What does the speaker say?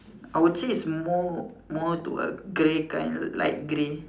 I would say it's more more to a grey kind light grey